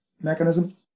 mechanism